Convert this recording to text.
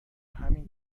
همین